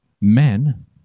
men